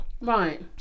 Right